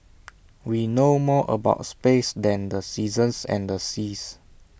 we know more about space than the seasons and the seas